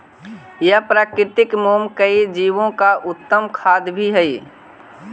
यह प्राकृतिक मोम कई जीवो का उत्तम खाद्य भी हई